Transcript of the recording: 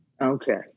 Okay